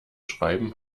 schreiben